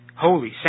holy